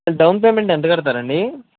down payment ఎంత కడతారండి